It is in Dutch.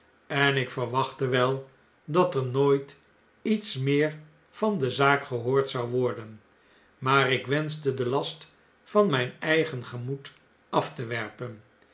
en ik verwachtte wel dat er nooit iets meer vande zaak gehoord zou worden maar ik wenschte den last van mp eigen gemoed af te werpen